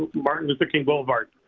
martin luther king boulevard.